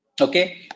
Okay